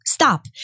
stop